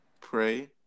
Pray